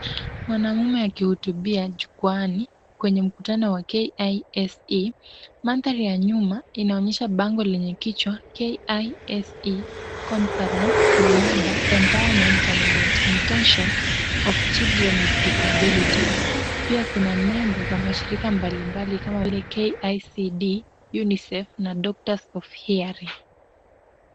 Mwanamme akihutubia jukwaani kwenye mkutano wa KISE, mandhari ya nyuma inaonyesha bango lenye kichwa, KISE Conference na mada Empowerment and Intervention of Children with Disabilities . Pia kuna nembo za mashirika mbalimbali kama vile KICD, UNICEF, na Doctors of Hearing.